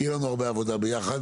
תהיה לנו הרבה עבודה ביחד.